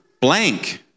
blank